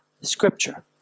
scripture